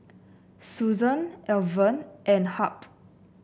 Susan Alvin and Hamp